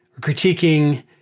critiquing